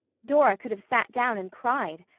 dora could have sat down and cried.